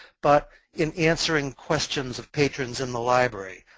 but in answering questions of patrons in the library.